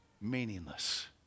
meaningless